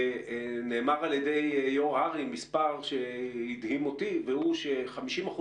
ונאמר על ידי יו"ר הר"י מספר שהדהים אותי והוא ש-50%